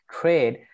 Trade